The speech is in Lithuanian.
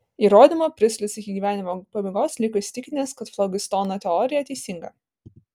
įrodymo pristlis iki gyvenimo pabaigos liko įsitikinęs kad flogistono teorija teisinga